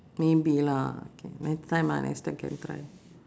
maybe lah K next time ah next time can try